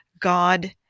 God